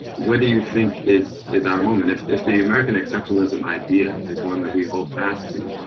what do you think is is our moment? if if the american exceptionalism idea is one that we hold fast to,